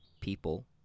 people